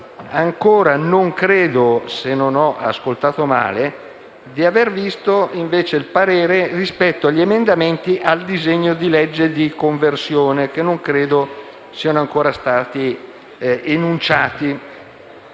non credo - se non ho ascoltato male - di aver ancora sentito, invece, il parere rispetto agli emendamenti al disegno di legge di conversione, che non credo siano ancora stati enunciati.